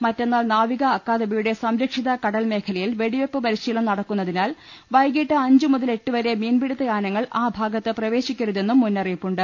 മറ്റന്നാൾ നാവിക അക്കാദമി യുടെ സംരക്ഷിത കടൽ മേഖലയിൽ വെടിവെപ്പു പരിശീലനം നടക്കുന്നതിനാൽ വൈകീട്ട് അഞ്ച് മുതൽ എട്ട് വരെ മീൻപിടിത്ത യാനങ്ങൾ ആ ഭാഗത്ത് പ്രവേശിക്കരുതെന്നും മുന്നറിയിപ്പുണ്ട്